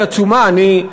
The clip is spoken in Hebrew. היא עצומה.